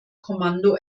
kommando